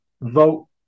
vote